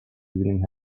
feeling